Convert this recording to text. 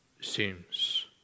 seems